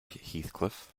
heathcliff